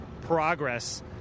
Progress